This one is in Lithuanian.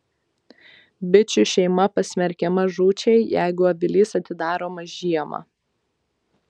bičių šeima pasmerkiama žūčiai jeigu avilys atidaromas žiemą